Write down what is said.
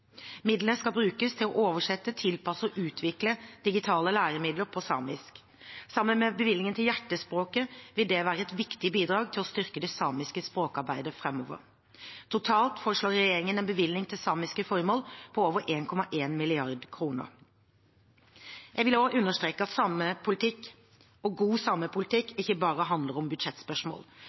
Midlene skal brukes til å oversette, tilpasse og utvikle digitale læremidler på samisk. Sammen med bevilgningen til Hjertespråket vil det være et viktig bidrag til å styrke det samiske språkarbeidet framover. Totalt foreslår regjeringen en bevilgning til samiske formål på over 1,1 mrd. kr. Jeg vil også understreke at god samepolitikk ikke bare handler om budsjettspørsmål.